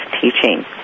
teaching